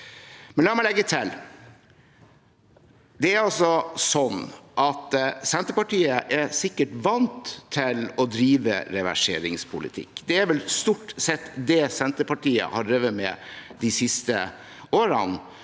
La meg legge til: Senterpartiet er sikkert vant til å drive reverseringspolitikk. Det er vel stort sett det Sen terpartiet har drevet med de siste årene,